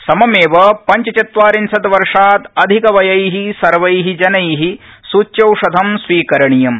सममेव पञ्चचत्वारिंशत वर्षात अधिकवयै सर्वै जनै सुच्यौषधं स्वीकरणीयम्